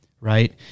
right